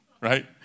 right